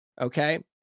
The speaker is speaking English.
Okay